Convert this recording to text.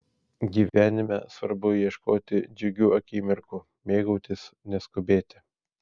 gyvenime svarbu ieškoti džiugių akimirkų mėgautis neskubėti